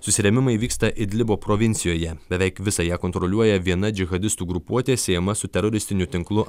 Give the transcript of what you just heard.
susirėmimai vyksta idlibo provincijoje beveik visą ją kontroliuoja viena džihadistų grupuotė siejama su teroristiniu tinklu